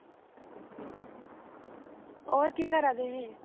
होर केह् करा दे हे